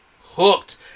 Hooked